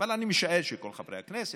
אני משער שכל חברי הכנסת,